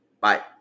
Bye